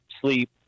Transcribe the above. sleep